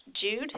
Jude